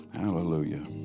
hallelujah